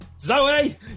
Zoe